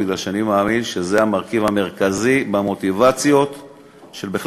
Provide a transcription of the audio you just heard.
כי אני מאמין שזה המרכיב המרכזי במוטיבציה בכלל,